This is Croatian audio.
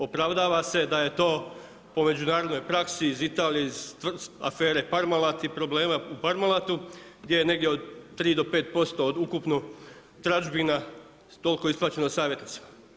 Opravdava se da je to po međunarodnoj praksi iz Italije, iz afere Parmalat i problema u Parmalatu gdje je negdje od 3-5% od ukupno tražbina toliko isplaćeno savjetnicima.